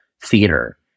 theater